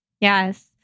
Yes